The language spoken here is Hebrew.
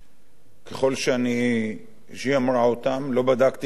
ככל שהיא אמרה אותם, לא בדקתי מה עומד כראיות,